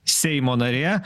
seimo narė